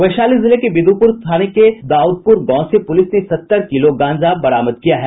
वैशाली जिले के विद्युपर थाने के दाउदपुर गांव से पुलिस ने सत्तर किलो गांजा बरामद किया है